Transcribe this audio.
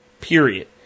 period